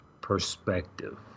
perspective